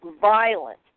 violent